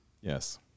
Yes